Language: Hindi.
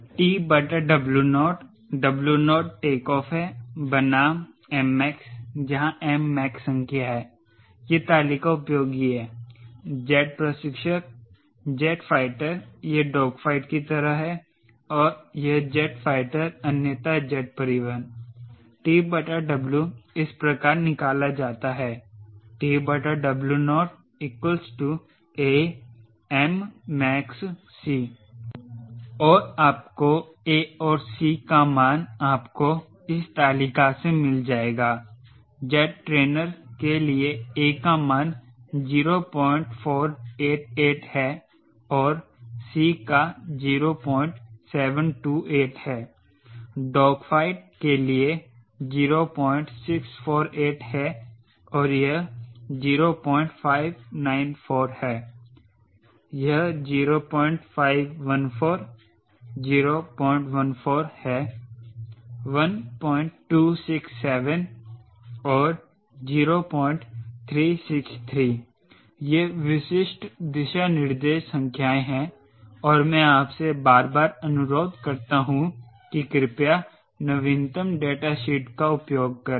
TW0 W0 टेकऑफ़ है बनाम Mmax जहां M मैक संख्या है यह तालिका उपयोगी है जेट प्रशिक्षक जेट फाइटर यह डोग फाइट की तरह है और जेट फाइटर अन्यथा जेट परिवहन TW इस प्रकार निकाला जाता है TWo aMmaxC और आपको a और C का मान आपको इस तालिका से मिल जाएगा जेट ट्रेनर के लिए a का मान 0488 है और C का 0728 है डॉग फाइट के लिए 0648 है और यह 0594 है यह 0514 014 है 1267 और 0363 ये विशिष्ट दिशानिर्देश संख्याएं हैं और मैं आपसे बार बार अनुरोध करता हूं कि कृपया नवीनतम डेटा शीट का उपयोग करें